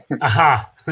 Aha